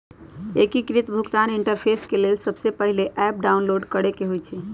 एकीकृत भुगतान इंटरफेस के लेल सबसे पहिले ऐप डाउनलोड करेके होइ छइ